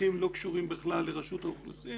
הצרכים לא קשורים בכלל לרשות האוכלוסין